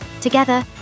Together